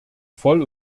voll